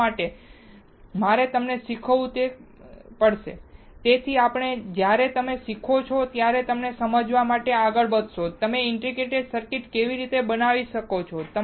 શા માટે મારે તમને તે શીખવવું પડશે જેથી જ્યારે તમે તે શીખો ત્યારે તમે તે સમજવા માટે આગળ વધશો કે તમે ઇન્ટિગ્રેટેડ સર્કિટ કેવી રીતે બનાવી શકો છો